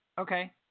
Okay